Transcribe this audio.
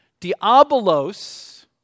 diabolos